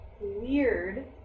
weird